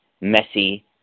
messy